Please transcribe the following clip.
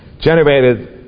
generated